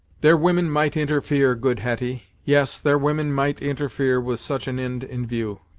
their women might interfere, good hetty yes, their women might interfere with such an ind in view.